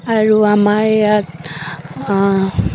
আৰু আমাৰ ইয়াত